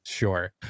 sure